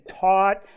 taught